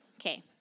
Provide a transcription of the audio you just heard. Okay